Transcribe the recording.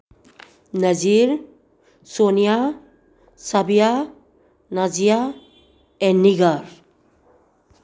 ꯅꯖꯤꯔ ꯁꯣꯅꯤꯌꯥ ꯁꯥꯕꯤꯌꯥ ꯅꯥꯖꯤꯌꯥ ꯑꯦꯟ ꯅꯤꯒꯥ